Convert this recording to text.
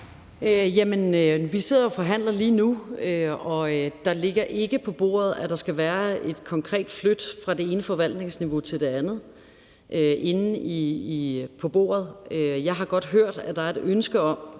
og forhandler, og der ligger ikke på bordet, at der skal være et konkret flyt fra det ene forvaltningsnivau til det andet. Jeg har godt hørt, at der er et ønske,